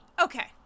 okay